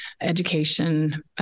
education